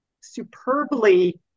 superbly